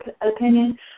opinion